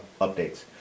updates